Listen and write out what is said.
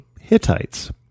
Hittites